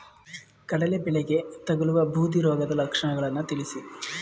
ಕಡಲೆ ಬೆಳೆಗೆ ತಗಲುವ ಬೂದಿ ರೋಗದ ಲಕ್ಷಣಗಳನ್ನು ತಿಳಿಸಿ?